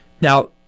Now